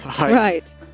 right